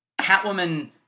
Catwoman